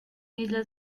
islas